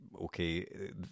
okay